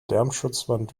lärmschutzwand